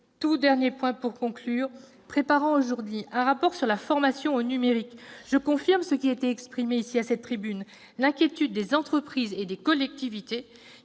tout dernier mot : préparant aujourd'hui un rapport sur la formation au numérique, je confirme ce qui a été exprimé, plus tôt, à cette tribune, à savoir l'inquiétude des entreprises et des collectivités,